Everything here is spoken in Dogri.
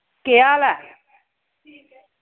केह् हाल ऐ